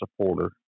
supporter